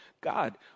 God